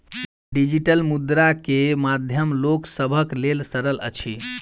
digital मुद्रा के माध्यम लोक सभक लेल सरल अछि